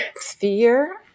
fear